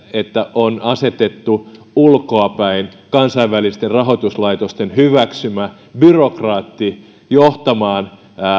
on asetettu ulkoapäin kansainvälisten rahoituslaitosten hyväksymä byrokraatti johtamaan